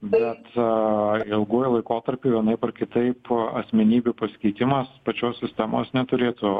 bet ilguoju laikotarpiu vienaip ar kitaip asmenybių pasikeitimas pačios sistemos neturėtų